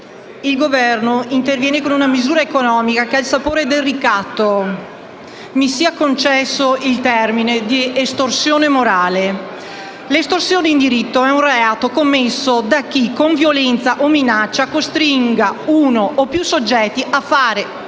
il Governo interviene con una misura economica che ha il sapore del ricatto, mi sia concesso il termine di estorsione morale. L'estorsione, in diritto, è un reato commesso da chi, con violenza o minaccia, costringa uno o più soggetti a fare